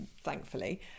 thankfully